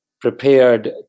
prepared